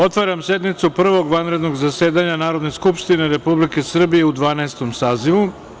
otvaram sednicu Prvog vanrednog zasedanja Narodne skupštine Republike Srbije u Dvanaestom sazivu.